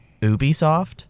Ubisoft